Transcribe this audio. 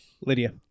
Lydia